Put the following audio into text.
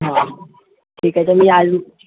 हं ठीक आहे तर मी आज